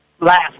last